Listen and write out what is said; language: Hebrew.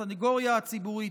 לסנגוריה הציבורית,